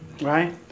Right